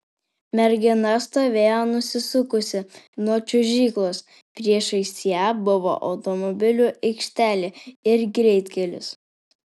mergina stovėjo nusisukusi nuo čiuožyklos priešais ją buvo automobilių aikštelė ir greitkelis